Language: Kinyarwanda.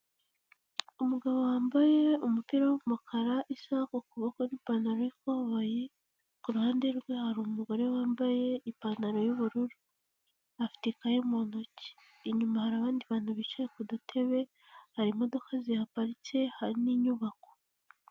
Umugabo wambaye umupira w'umukara, isaha ku kuboko n'ipantaro y'ikoboyi, kuruhande rwe hari umugore wambaye ipantaro y'ubururu, afite ikaye mu ntoki, inyuma hari abandi bantu bicaye ku dutebe hari imodoka zihaparitse, hari n'inyubako.